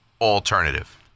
alternative